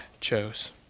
chose